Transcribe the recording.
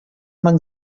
man